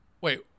Wait